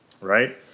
Right